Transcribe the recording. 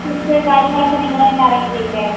food കാര്യങ്ങളൊക്കെ നിങ്ങള് തന്നെ അറേഞ്ച് ചെയ്യില്ലേ